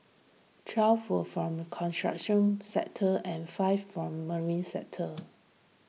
twelve were from construction sector and five from marine sector